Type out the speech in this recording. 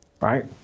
right